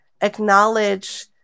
Acknowledge